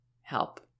help